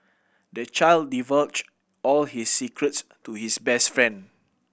the child divulged all his secrets to his best friend